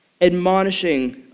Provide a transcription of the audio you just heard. admonishing